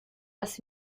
das